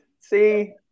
See